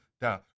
down